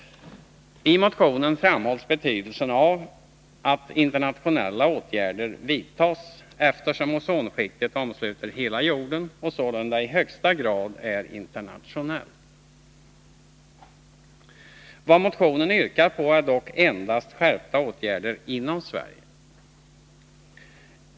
I motionen framhålls betydelsen av att internationella åtgärder vidtas, eftersom ozonskiktet omsluter hela jorden och sålunda i högsta grad är internationellt. Vad vi yrkar i motionen är dock endast att skärpta åtgärder vidtas inom Sverige.